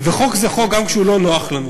וחוק זה חוק גם כשהוא לא נוח לנו.